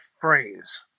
phrase